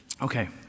Okay